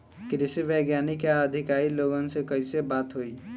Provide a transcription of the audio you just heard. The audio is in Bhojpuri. कृषि वैज्ञानिक या अधिकारी लोगन से कैसे बात होई?